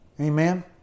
Amen